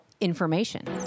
information